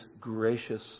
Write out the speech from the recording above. gracious